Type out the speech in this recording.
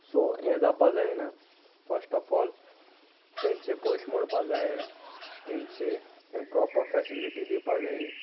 so हें जावपा जायना फस्ट ऑफ ऑल तेंचे पयश मोडपा जाय तेंचे तें प्रोपर फेसिलिटी दिवपा जायी